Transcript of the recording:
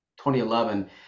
2011